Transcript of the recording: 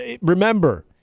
remember